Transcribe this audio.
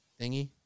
thingy